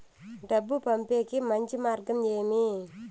డబ్బు పంపేకి మంచి మార్గం ఏమి